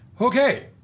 Okay